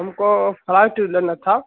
हमको फ्लैट लेना था